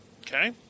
Okay